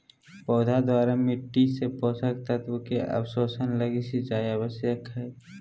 पौधा द्वारा मिट्टी से पोषक तत्व के अवशोषण लगी सिंचाई आवश्यक हइ